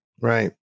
Right